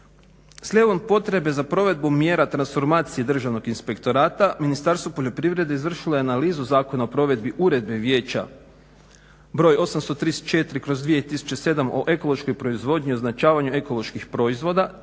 Slijedom potrebe za provedbu mjera transformacije državnog inspektorata, Ministarstvo poljoprivrede izvršilo je analizu Zakona o provedbi Uredbe vijeća, broj 834/2007 o ekološkoj proizvodnji i označavanju ekoloških proizvoda